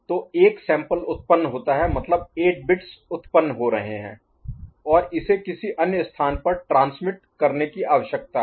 तो एक sample Sample नमूना उत्पन्न होता है मतलब 8 बिट्स उत्पन्न हो रहे हैं और इसे किसी अन्य स्थान पर ट्रांसमिट Transmit प्रेषित करने की आवश्यकता है